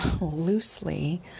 loosely